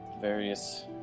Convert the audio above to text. various